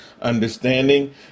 understanding